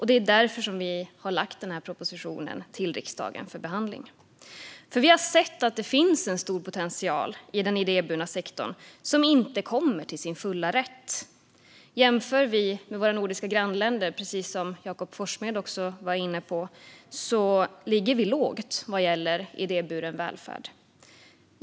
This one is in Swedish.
Det är därför som vi har lagt fram denna proposition för behandling i riksdagen. Vi har nämligen sett att det finns en stor potential i den idéburna sektorn som inte kommer till sin fulla rätt. I jämförelse med våra nordiska grannländer ligger vi lågt vad gäller idéburen välfärd, precis som Jakob Forssmed var inne på.